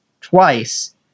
twice